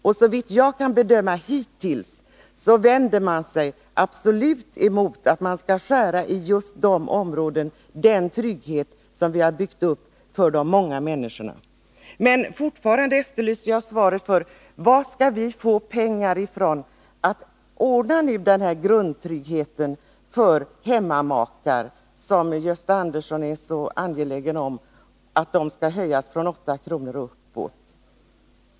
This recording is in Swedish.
Och såvitt jag kan bedöma har man hittills absolut vänt sig mot att det skärs ner på just de områdena, som gäller den trygghet vi har byggt upp för de många människorna. Jag efterlyser fortfarande svar på frågan om varifrån vi skall få pengar till att ordna grundtryggheten för hemmamakar som Gösta Andersson är så angelägen om skall höjas från nuvarande 8 kr. per dag.